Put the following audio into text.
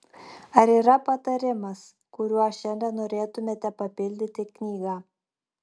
ar yra patarimas kuriuo šiandien norėtumėte papildyti knygą